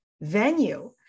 venue